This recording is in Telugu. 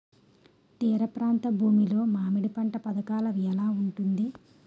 తీర ప్రాంత భూమి లో మామిడి పంట పథకాల ఎలా ఉంటుంది?